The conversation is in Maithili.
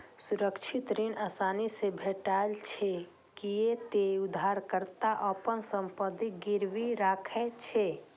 सुरक्षित ऋण आसानी से भेटै छै, कियै ते उधारकर्ता अपन संपत्ति गिरवी राखै छै